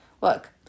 look